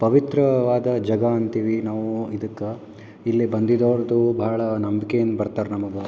ಪವಿತ್ರವಾದ ಜಾಗ ಅಂತೀವಿ ನಾವು ಇದಕ್ಕೆ ಇಲ್ಲಿ ಬಂದಿರ್ದೋದು ಬಹಳ ನಂಬ್ಕೆಯಿಂದ ಬರ್ತಾರೆ ನಮ್ಗೆ